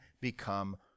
become